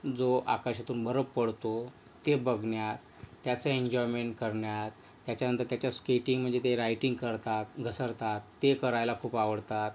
जो आकाशातून बर्फ पडतो ते बघण्यात त्याचं एन्जॉयमेंट करण्यात त्याच्यानंतर त्याच्यात स्केटींग म्हणजे ते राईटींग करतात घसरतात ते करायला खूप आवडतात